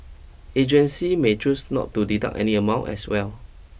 agencies may choose not to deduct any amount as well